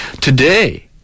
Today